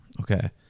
Okay